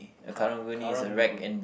ka~ karang-guni